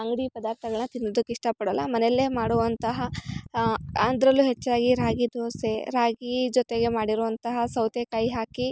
ಅಂಗಡಿ ಪದಾರ್ಥಗಳ್ನ ತಿನ್ನೋದಿಕ್ಕೆ ಇಷ್ಟಪಡೋಲ್ಲ ಮನೆಯಲ್ಲೇ ಮಾಡೋವಂತಹ ಅದರಲ್ಲು ಹೆಚ್ಚಾಗಿ ರಾಗಿದೋಸೆ ರಾಗಿ ಜೊತೆಗೆ ಮಾಡಿರೋವಂತಹ ಸೌತೆಕಾಯಿ ಹಾಕಿ